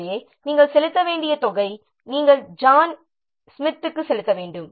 எனவே அதாவது நாம் செலுத்த வேண்டிய தொகை நாம் ஜான் ஸ்மித்துக்கு செலுத்த வேண்டும்